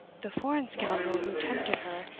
the foreign scoundrel who tempted her,